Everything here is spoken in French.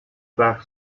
par